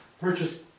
purchase